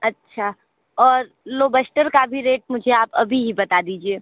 अच्छा और लॉबस्टर का भी रेट मुझे आप अभी ही बता दीजिए